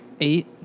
eight